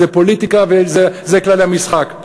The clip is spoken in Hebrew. זה פוליטיקה וזה כללי המשחק.